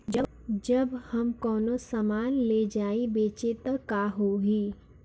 जब हम कौनो सामान ले जाई बेचे त का होही?